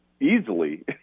easily